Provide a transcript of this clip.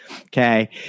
Okay